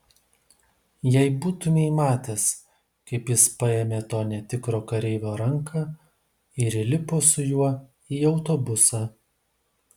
jei būtumei matęs kaip jis paėmė to netikro kareivio ranką ir įlipo su juo į autobusą